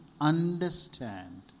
understand